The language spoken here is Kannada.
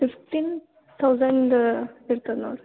ಫಿಫ್ಟೀನ್ ತೌಸಂಡ್ ಇರ್ತದೆ ನೋಡಿರಿ